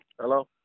Hello